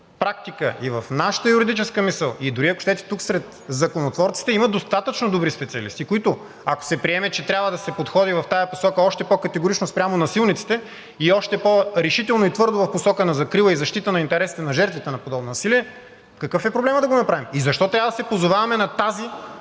и в нашата юридическа мисъл, и дори ако щете тук, сред законотворците, има достатъчно добри специалисти, които, ако се приеме, че трябва да се подходи в тази посока още по категорично спрямо насилниците и още по решително и твърдо в посока на закрила и защита на интересите на жертвите на подобно насилие, какъв е проблемът да го направим? И защо трябва да се позоваваме на тази